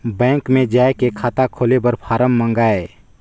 Bank मे जाय के खाता खोले बर फारम मंगाय?